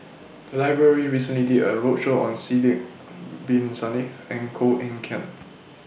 The Library recently did A roadshow on Sidek Bin Saniff and Koh Eng Kian